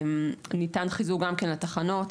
ניתן חיזוק גם כן לתחנות.